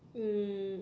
um